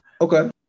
Okay